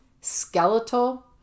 skeletal